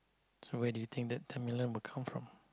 so where do you think that ten million will come from